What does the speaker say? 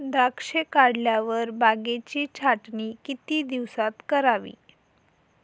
द्राक्षे काढल्यावर बागेची छाटणी किती दिवसात करावी?